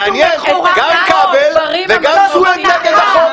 מעניין, גם כבל וגם סויד נגד החוק.